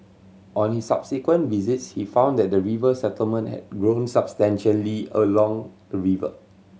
on his subsequent visits he found that the river settlement had grown substantially along the river